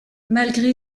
malgré